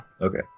Okay